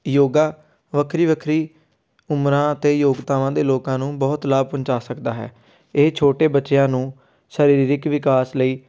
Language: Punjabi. ਯੋਗਾ ਵੱਖਰੀ ਵੱਖਰੀ ਉਮਰਾਂ ਅਤੇ ਯੋਗਤਾਵਾਂ ਦੇ ਲੋਕਾਂ ਨੂੰ ਬਹੁਤ ਲਾਭ ਪਹੁੰਚਾ ਸਕਦਾ ਹੈ ਇਹ ਛੋਟੇ ਬੱਚਿਆਂ ਨੂੰ ਸਰੀਰਿਕ ਵਿਕਾਸ ਲਈ